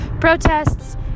protests